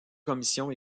commission